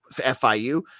FIU